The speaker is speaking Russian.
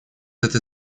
этой